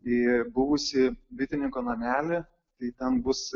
į buvusį bitininko namelį tai ten bus